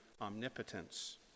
omnipotence